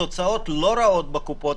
התוצאות לא רעות, בקופות.